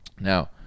now